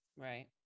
Right